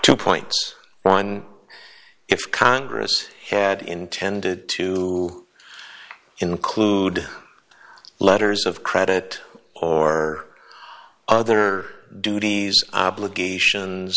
two point one if congress had intended to include letters of credit or other duties obligations